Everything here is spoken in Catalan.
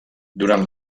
durant